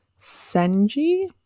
Senji